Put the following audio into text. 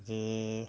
ଯେ